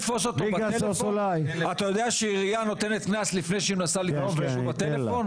אתה יודע שהעירייה נותנת קנס לפני שהיא מנסה לתפוס מישהו בטלפון?